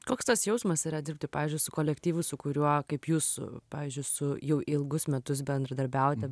koks tas jausmas yra dirbti pavyzdžiui su kolektyvu su kuriuo kaip jūs pavyzdžiui su jau ilgus metus bendradarbiaujate